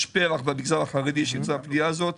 יש פרח במגזר החרדי שנמצאים בפנייה הזאת.